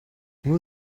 will